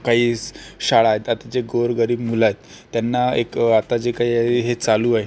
काही शाळा आहेत त्यात जे गोरगरीब मुलं आहेत त्यांना एक आता जे काही आहे हे चालू आहे